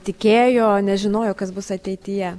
tikėjo nežinojo kas bus ateityje